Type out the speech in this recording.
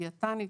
דיאטנית,